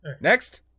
Next